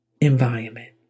environment